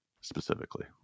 specifically